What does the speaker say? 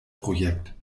projekt